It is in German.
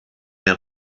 der